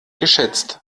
geschätzt